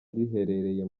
riherereye